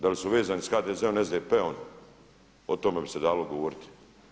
Da li su vezani sa HDZ-om ili SDP-om o tome bi se dalo govoriti.